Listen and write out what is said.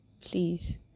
please